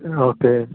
okay